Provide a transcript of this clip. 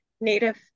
native